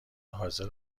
حاضر